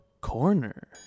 Corner